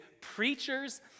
preachers